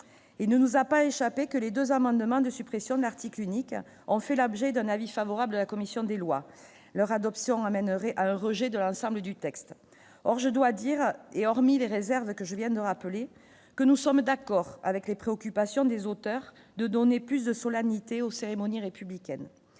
et ne nous a pas échappé que les 2 amendements de suppression de l'article unique en fait l'objet d'un avis favorable de la commission des lois leur adoption amènerait à un rejet de l'ensemble du texte, or je dois dire, et hormis les réserves que je viens de rappeler que nous sommes d'accord avec les préoccupations des auteurs de donner plus de solennité aux cérémonies républicaines